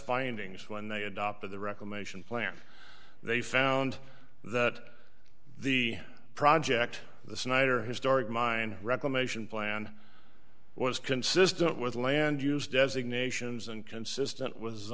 findings when they adopted the reclamation plan they found that the project the snyder historic mine reclamation plan was consistent with land use designations and consistent w